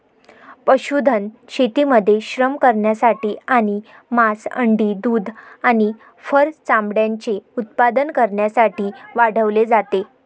पशुधन शेतीमध्ये श्रम करण्यासाठी आणि मांस, अंडी, दूध आणि फर चामड्याचे उत्पादन करण्यासाठी वाढवले जाते